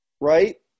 right